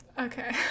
okay